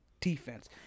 defense